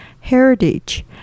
heritage